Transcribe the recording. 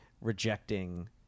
rejecting